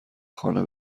خانه